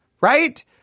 right